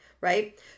right